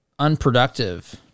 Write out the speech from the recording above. unproductive